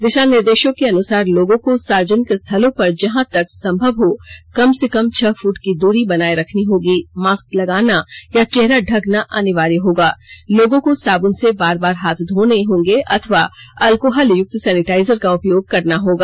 दिशा निर्देशों के अनुसार लोगों को सार्वजनिक स्थलों पर जहां तक संभव हो कम से कम छह फुट की दूरी बनाए रखनी होगी मास्क लगाना या चेहरा ढकना अनिवार्य होगा लोगों को साबून से बार बार हाथ धोने होंगे अथवा अलकोहल युक्त सैनिटाइजर का उपयोग करना होगा